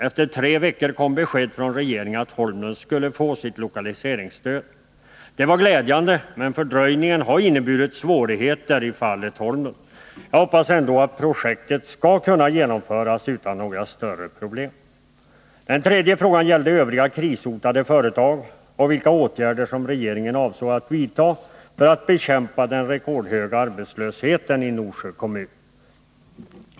Efter tre veckor kom besked från regeringen att Holmlunds skulle få sitt lokaliseringsstöd. Det var glädjande, men fördröjningen har inneburit svårigheter i fallet Holmlunds. Jag hoppas ändå att projektet skall kunna genomföras utan några större problem. Den tredje frågan gällde övriga krishotade företag och vilka åtgärder regeringen avsåg att vidta för att bekämpa den rekordhöga arbetslösheten i Norsjö kommun.